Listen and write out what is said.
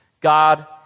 God